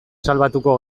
salbatuko